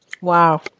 Wow